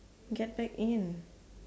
get back in